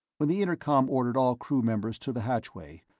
when the intercom ordered all crew members to the hatchway,